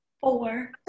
four